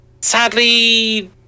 Sadly